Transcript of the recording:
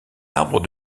arbre